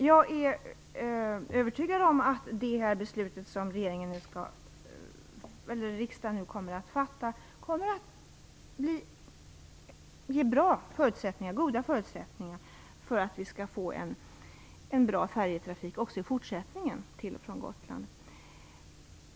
Jag är övertygad om att det här beslutet som riksdagen nu kommer att fatta kommer att ge goda förutsättningar för att vi skall få en bra färjetrafik till och från Gotland också fortsättningen.